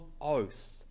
oath